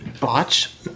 botch